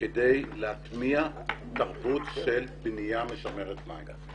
כדי להטמיע תרבות של בנייה משמרת מים.